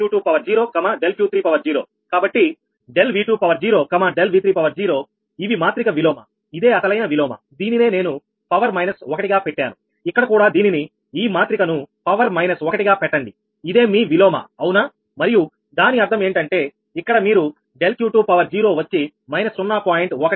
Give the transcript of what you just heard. కాబట్టి ∆V20 ∆V30 ఇవి మాత్రిక విలోమ ఇదే అసలైన విలోమ దీనినే నేను పవర్ మైనస్ 1 గా పెట్టాను ఇక్కడ కూడా దీనిని ఈ మాత్రిక ను పవర్ మైనస్ 1 గా పెట్టండి ఇదే మీ విలోమ అవునా మరియు దాని అర్థం ఏంటంటే ఇక్కడ మీరు ∆Q20 వచ్చి −0